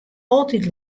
altyd